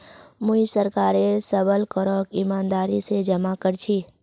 मुई सरकारेर सबल करक ईमानदारी स जमा कर छी